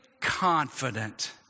confident